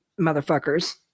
motherfuckers